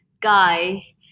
guy